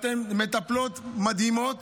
אתן מטפלות מדהימות